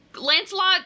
Lancelot